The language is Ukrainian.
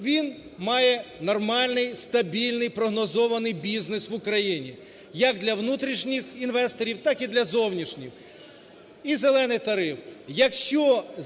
він має нормальний, стабільний, прогнозований бізнес в Україні як для внутрішніх інвесторів, так і для зовнішніх, і "зелений" тариф.